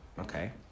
Okay